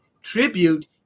tribute